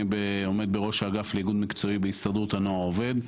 אני עומד בראש האגף לאיגוד מקצועי בהסתדרות הנוער העובד.